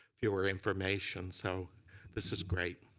fewer information so this is great.